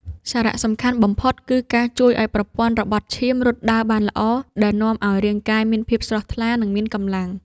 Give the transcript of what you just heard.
សារៈសំខាន់បំផុត គឺការជួយឱ្យប្រព័ន្ធរបត់ឈាមរត់ដើរបានល្អ ដែលនាំឱ្យរាងកាយមានភាពស្រស់ថ្លា និងមានកម្លាំង។